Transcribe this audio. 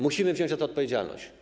Musimy wziąć za to odpowiedzialność.